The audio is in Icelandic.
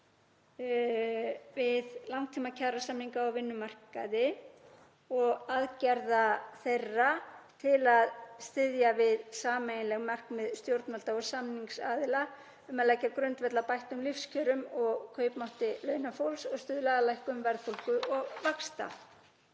við langtímakjarasamninga á vinnumarkaði og aðgerða þeirra til að styðja við sameiginleg markmið stjórnvalda og samningsaðila um að leggja grundvöll að bættum lífskjörum og kaupmætti launafólks og stuðla að lækkun verðbólgu og vaxta.